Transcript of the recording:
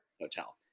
Hotel